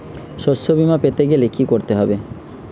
শষ্যবীমা পেতে গেলে কি করতে হবে?